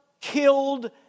killed